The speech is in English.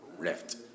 left